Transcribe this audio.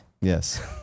yes